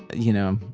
you know,